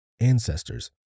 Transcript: ancestors